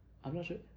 I'm not sure